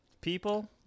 people